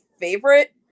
favorite